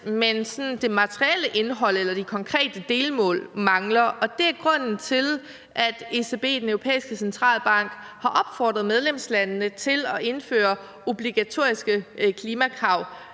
sådan det materielle indhold eller de konkrete delmål mangler, og det er grunden til, at ECB, den europæiske centralbank, har opfordret medlemslandene til at indføre obligatoriske klimakrav